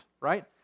right